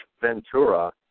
Ventura